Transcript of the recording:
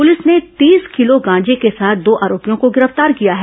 police ने तीस kilo गांजे के साथ दो आरोपियों को गिरफ्तार किया है